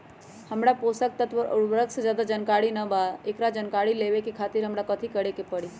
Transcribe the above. हमरा पोषक तत्व और उर्वरक के ज्यादा जानकारी ना बा एकरा जानकारी लेवे के खातिर हमरा कथी करे के पड़ी?